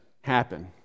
happen